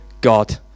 God